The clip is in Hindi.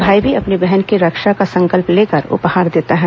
भाई भी अपनी बहन की रक्षा का संकल्प लेकर उपहार देता है